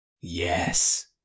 Yes